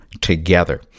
together